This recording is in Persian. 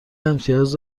امتیاز